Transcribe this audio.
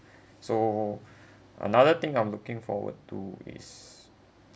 so another thing I'm looking forward to is